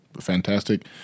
fantastic